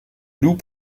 loup